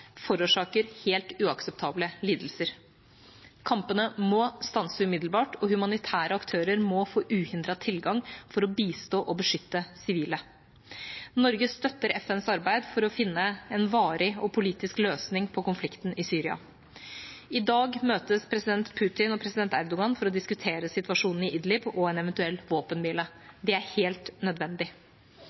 forårsaker helt uakseptable lidelser. Kampene må stanse umiddelbart, og humanitære aktører må få uhindret tilgang for å bistå og beskytte sivile. Norge støtter FNs arbeid for å finne en varig og politisk løsning på konflikten i Syria. I dag møtes president Putin og president Erdogan for å diskutere situasjonen i Idlib og en eventuell våpenhvile. Det er helt nødvendig.